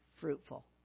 fruitful